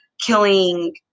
killing